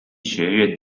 学院